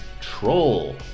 Troll